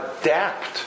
adapt